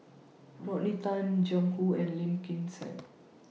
Rodney Tan Jiang Hu and Lim Kim San